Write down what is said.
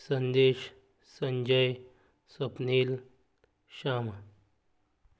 Sandesh Sanjay Swapnil Shyam